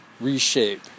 reshape